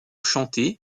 chanter